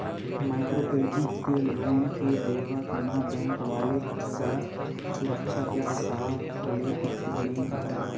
micro credit के loan के देवत म बेंक वाले करा सुरक्छा के हिसाब ले कुछु नइ राहय